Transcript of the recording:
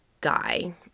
guy